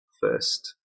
first